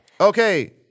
Okay